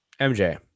MJ